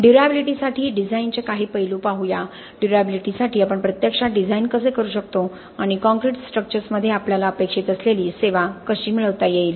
ड्युर्याबिलिटीसाठी डिझाइनचे काही पैलू पाहू या ड्युर्याबिलिटीसाठी आपण प्रत्यक्षात डिझाइन कसे करू शकतो आणि कॉंक्रिट स्ट्रक्चर्समध्ये आपल्याला अपेक्षित असलेली सेवा कशी मिळवता येईल